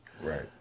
Right